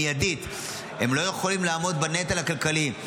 הן לא יכולות לעמוד בנטל הכלכלי.